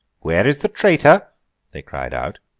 where is the traitor they cried out.